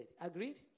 Agreed